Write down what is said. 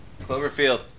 Cloverfield